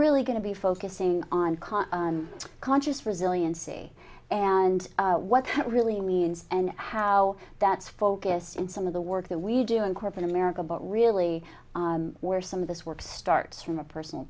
really going to be focusing on cost conscious resiliency and what it really means and how that's focused on some of the work that we do in corporate america but really where some of this work starts from a personal